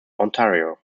ontario